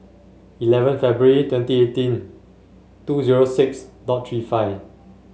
eleven February twenty eighteen two zero six dot Three five